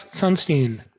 Sunstein